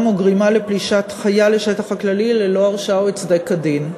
או גרימה לפלישת חיה לשטח חקלאי ללא הרשאה או הצדק הדין,